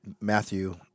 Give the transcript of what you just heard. Matthew